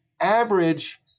average